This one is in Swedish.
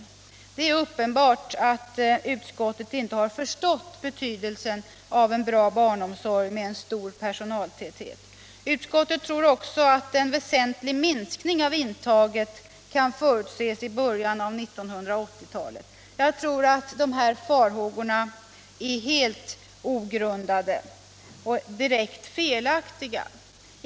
forskning inom Det är uppenbart att utskottet inte har förstått betydelsen av en bra barnomsorg, med en stor personaltäthet. Utskottet tror också att en väsentlig minskning av intaget kan förutses i början av 1980-talet. Jag tror att dessa farhågor är helt ogrundade och direkt felaktiga.